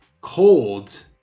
cold